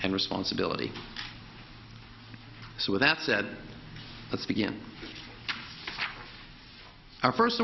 and responsibility so with that said let's begin our first